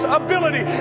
ability